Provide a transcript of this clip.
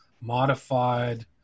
modified